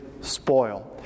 spoil